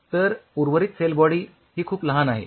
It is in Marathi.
तर उर्वरित सेल बॉडी ही खूप लहान आहे